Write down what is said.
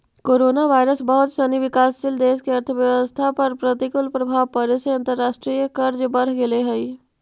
coronavirus बहुत सनी विकासशील देश के अर्थव्यवस्था पर प्रतिकूल प्रभाव पड़े से अंतर्राष्ट्रीय कर्ज बढ़ गेले हई